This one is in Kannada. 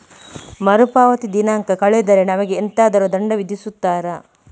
ಮರುಪಾವತಿ ದಿನಾಂಕ ಕಳೆದರೆ ನಮಗೆ ಎಂತಾದರು ದಂಡ ವಿಧಿಸುತ್ತಾರ?